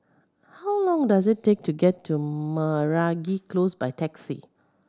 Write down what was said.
how long does it take to get to Meragi Close by taxi